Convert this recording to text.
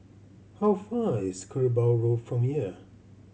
how far is Kerbau Road from here